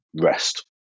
rest